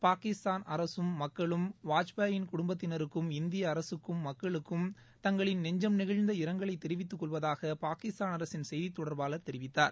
பாகிஸ்தான் அரசும் மக்களும் வாஜ்பாயின் குடும்பத்தினருக்கும் இந்திய அரசுக்கும் மக்களுக்கும் தங்களின் நெஞ்சம் நெகிழ்ந்த இரங்கலை தெரிவித்துக் கொள்வதாக பாகிஸ்தான் அரசின் செய்தி தொடர்பாளர் தெரிவித்தார்